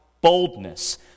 boldness